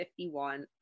51